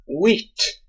wheat